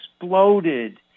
exploded